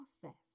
process